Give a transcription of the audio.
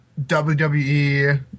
WWE